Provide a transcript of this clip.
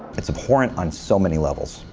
it's a point on so many levels.